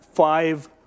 five